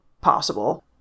possible